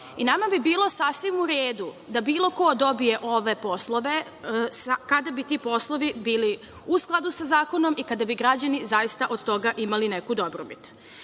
Nama bi bilo sasvim u redu da bilo ko dobije ove poslove, kada bi ti poslovi bili u skladu sa zakonom i kada bi građani zaista od toga imali neku dobrobit.